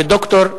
ודוקטור,